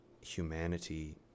humanity